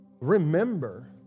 Remember